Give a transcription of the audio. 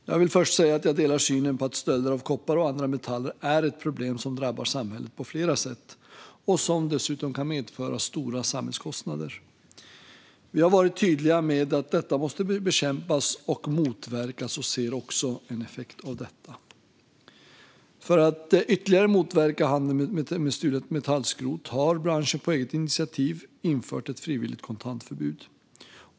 Jag vill först säga att jag delar synen att stölder av koppar och andra metaller är ett problem som drabbar samhället på flera sätt och dessutom kan medföra stora samhällskostnader. Vi har varit tydliga med att detta måste bekämpas och motverkas, och vi ser också en effekt av det. För att ytterligare motverka handel med stulet metallskrot har branschen på eget initiativ infört ett frivilligt kontantförbud.